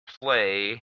play